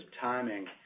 timing